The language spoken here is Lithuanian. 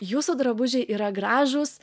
jūsų drabužiai yra gražūs